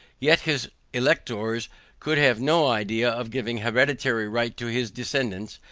yet his electors could have no idea of giving hereditary right to his descendants,